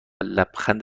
لبخند